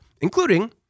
including